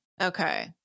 Okay